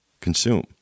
consume